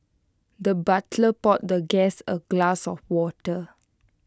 the butler poured the guest A glass of water